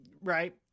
right